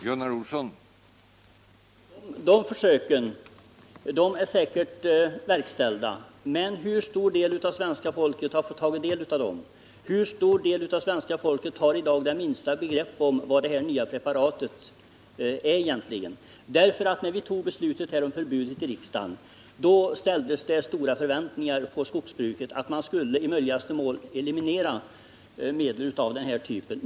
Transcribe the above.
Herr talman! De nu nämnda försöken är säkert verkställda. Men hur stor del av svenska folket har fått ta del av resultatet? Hur stor del av svenska folket har i dag det minsta begrepp om vad det nya preparatet egentligen är? När vi fattade beslutet om förbud här i riksdagen, ställdes det stora förväntningar på skogsbruket att i möjligaste mån eliminera medel av denna typ.